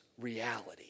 reality